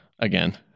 Again